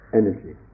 energy